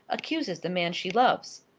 accuses the man she loves?